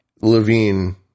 Levine